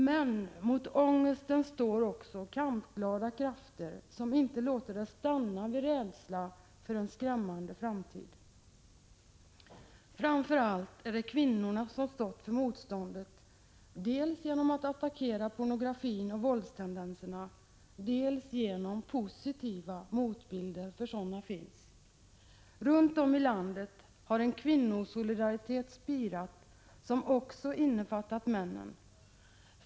Men mot ångesten står också kampglada krafter, som inte låter det stanna vid rädsla inför en skrämmande framtid. Framför allt är det kvinnorna som stått för motståndet, dels genom att attackera pornografin och våldstendenserna, dels genom positiva motbilder. Runt om i landet har en kvinnosolidaritet spirat som också innefattat männen.